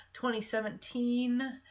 2017